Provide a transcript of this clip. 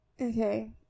okay